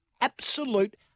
absolute